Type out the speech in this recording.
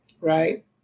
right